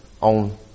on